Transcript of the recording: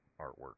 artwork